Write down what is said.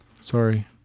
Sorry